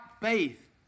faith